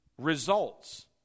results